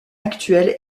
actuel